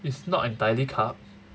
it's not entirely carb